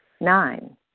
Nine